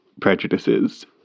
prejudices